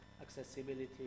accessibility